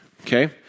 okay